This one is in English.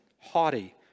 haughty